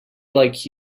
like